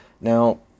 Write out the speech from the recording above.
Now